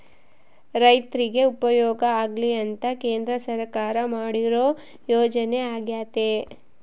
ರೈರ್ತಿಗೆ ಉಪಯೋಗ ಆಗ್ಲಿ ಅಂತ ಕೇಂದ್ರ ಸರ್ಕಾರ ಮಾಡಿರೊ ಯೋಜನೆ ಅಗ್ಯತೆ